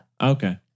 Okay